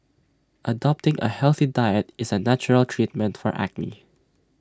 adopting A healthy diet is A natural treatment for acne